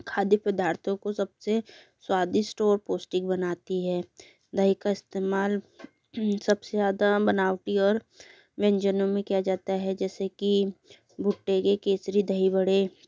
खाद्य पदार्थों को सबसे स्वादिष्ट और पौष्टिक बनाती है दही का इस्तेमाल सबसे ज़्यादा बनावटी और व्यंजनों में किया जाता है जैसे कि भुट्टे के केसरी दही वड़े